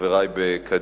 חברי בקדימה.